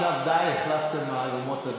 עכשיו די, החלפתם מהלומות הדדיות.